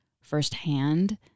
firsthand